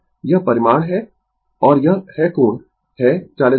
यह परिमाण है और यह है कोण है 409 o